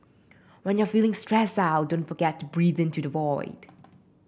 when you are feeling stressed out don't forget to breathe into the void